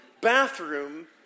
bathroom